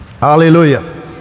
hallelujah